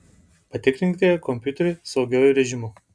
patikrinkite kompiuterį saugiuoju režimu